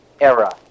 era